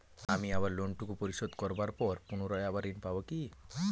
আমি আমার লোন টুকু পরিশোধ করবার পর পুনরায় আবার ঋণ পাবো কি?